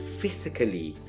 physically